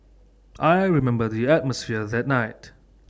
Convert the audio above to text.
I remember the atmosphere that night